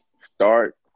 Start